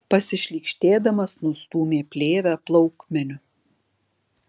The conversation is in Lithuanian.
pasišlykštėdamas nustūmė plėvę plaukmeniu